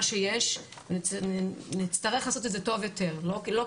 מוכל פה רק 800 מהסיכום של 2022. יתר